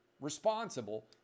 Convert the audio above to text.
responsible